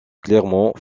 clermont